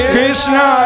Krishna